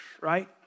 right